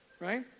Right